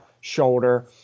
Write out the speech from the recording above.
shoulder –